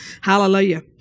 Hallelujah